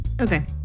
Okay